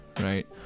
right